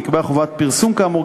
ונקבעה חובת פרסום כאמור,